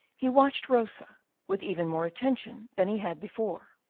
he watched rosa with even more attention than he had before.